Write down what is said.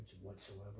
whatsoever